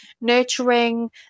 nurturing